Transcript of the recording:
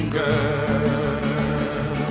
girl